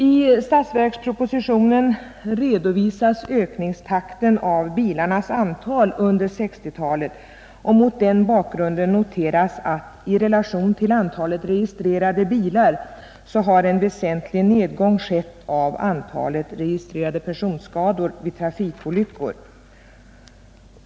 I statsverkspropositionen redovisas ökningen av bilarnas antal under 1960-talet, och mot den bakgrunden noteras att i relation till antalet registrerade bilar har en väsentlig nedgång skett av antalet registrerade personskador vid trafikolyckor.